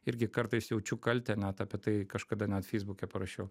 irgi kartais jaučiu kaltę net apie tai kažkada net feisbuke parašiau